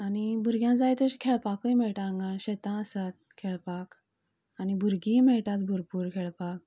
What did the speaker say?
आनी भुरग्यांक जाय तशें खेळपाकूय मेळटा हांगा शेतां आसा खेळपाक आनी भुरगींय मेळटात भरपूर खेळपाक